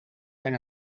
zijn